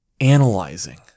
analyzing